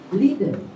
leader